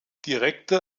direkte